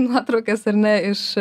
nuotraukas ar ne iš